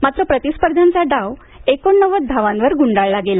मात्र प्रतिस्पर्ध्यांचा डाव एकोणनव्वद धावांवर गुंडाळला गेला